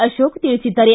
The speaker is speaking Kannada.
ಅಶೋಕ ತಿಳಿಸಿದ್ದಾರೆ